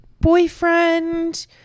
boyfriend